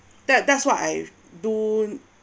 that that's what I've don't